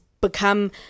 become